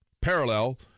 parallel